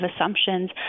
assumptions